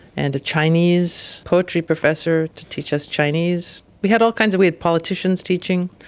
and a chinese poetry professor to teach us chinese. we had all kinds of weird politicians teaching.